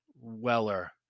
Weller